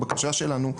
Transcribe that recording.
הבקשה שלנו,